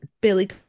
Billy